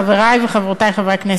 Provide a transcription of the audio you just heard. חברי וחברותי חברי הכנסת,